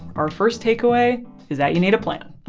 our first takeaway is that you need a plan.